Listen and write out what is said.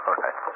Okay